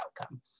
outcome